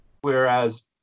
Whereas